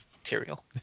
material